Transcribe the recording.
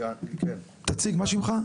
מאיפה אתה?